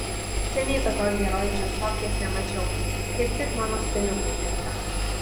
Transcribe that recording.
seniai tokios geros džinsofkės nemačiau kaip tik mano stiliukui tinka